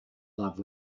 love